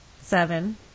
seven